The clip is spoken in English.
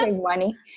money